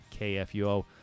KFUO